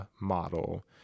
model